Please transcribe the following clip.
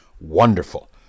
wonderful